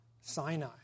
Sinai